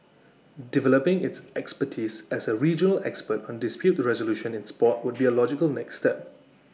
developing its expertise as A regional expert on dispute resolution in Sport would be A logical next step